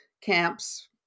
camps